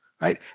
right